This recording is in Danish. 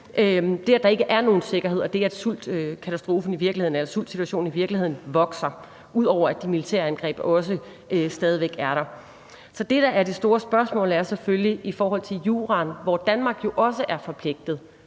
det, at der ikke er nogen sikkerhed, og det, at sultkatastrofen og sultsituationen i virkeligheden vokser, ud over at de militære angreb stadig væk også er der. Så det, der er det store spørgsmål, er selvfølgelig i forhold til juraen, hvor Danmark jo også er forpligtet